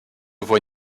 vois